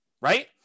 Right